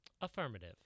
Affirmative